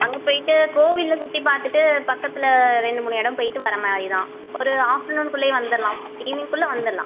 அங்கே போய்விட்டு கோவிலில் சுற்றி பார்த்துட்டு பக்கத்தில் ரெண்டு மூணு இடம் போய்விட்டு வர மாதிரி தான் ஒரு ஆஃப்டர்நூனு குள்ளேயே வந்துடலாம் ஈவ்னிங் குள்ளே வந்துடலாம்